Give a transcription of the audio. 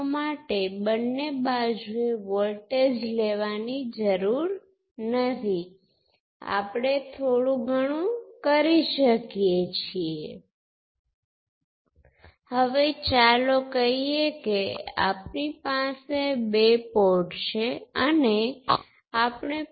તેથી આ દરેક શરતો માટે એક અનુરૂપ એલિમેન્ટ હશે ચાલો કહીએ કે આ પોર્ટ 1 છે આપણી પાસે V1 છે